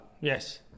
Yes